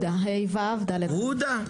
אחד, בשנת 2022 היו יותר מ-2,600 הריסות.